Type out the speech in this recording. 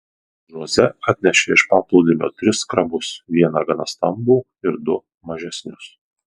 žoze atnešė iš paplūdimio tris krabus vieną gana stambų ir du mažesnius